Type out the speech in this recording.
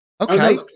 Okay